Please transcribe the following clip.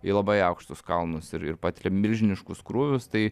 į labai aukštus kalnus ir ir patilia milžiniškus krūvius tai